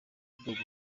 gufunga